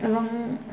ତେଣୁ ମୁଁ